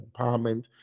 empowerment